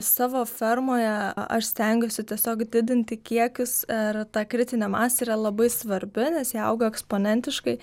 savo fermoje a aš stengiuosi tiesiog didinti kiekius ir ta kritinė masė yra labai svarbi nes jie auga eksponentiškai